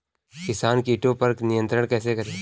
किसान कीटो पर नियंत्रण कैसे करें?